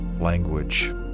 language